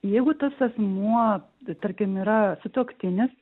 jeigu tas asmuo tai tarkim yra sutuoktinis